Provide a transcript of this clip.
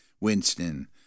Winston